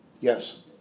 Yes